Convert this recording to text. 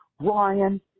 Ryan